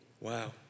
Wow